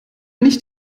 nicht